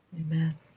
Amen